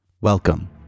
welcome